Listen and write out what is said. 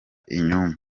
inyumba